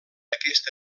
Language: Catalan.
aquest